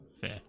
Fair